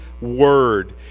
word